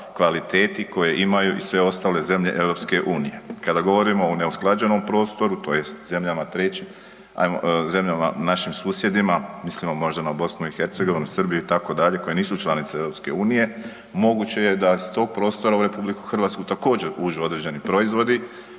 kvaliteti koju imaju i sve ostale zemlje EU-a. Kada govorimo o neusklađenom prostoru, tj. zemljama našim susjedima, mislimo možda na BiH, Srbiju itd., koje nisu članice EU-a, moguće je da iz tog prostora u RH također uđu određeni proizvodi